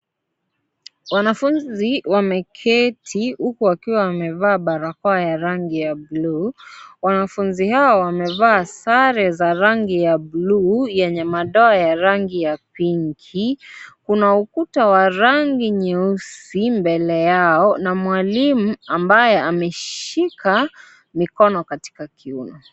Wanafunzi wameketi huku wakiwa wamevaa barakoa ya rangi ya blue . Wanafunzi hao wamevaa sare za rangi ya blue yenye madoa ya rangi ya picki . Kuna ukuta wa rangi nyeusi mbele yao na mwalimu ambaye ameshika mikono katika kiuno.